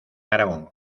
aragón